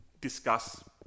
discuss